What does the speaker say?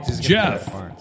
Jeff